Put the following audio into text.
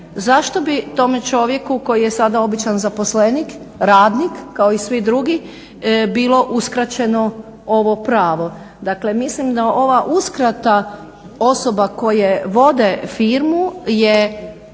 zašto bi tome čovjeku koji je sada običan zaposlenik, radnik kao i svi drugi, bilo uskraćeno ovo pravo, dakle mislim da ova uskrata osoba koje vode firmu je